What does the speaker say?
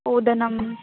ओदनम्